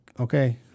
Okay